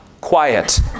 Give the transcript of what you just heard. quiet